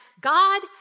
God